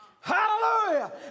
Hallelujah